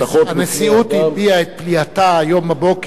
הנשיאות הביעה את פליאתה היום בבוקר,